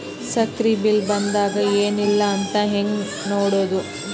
ಸಕ್ರಿ ಬಿಲ್ ಬಂದಾದ ಏನ್ ಇಲ್ಲ ಅಂತ ಹೆಂಗ್ ನೋಡುದು?